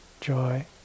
joy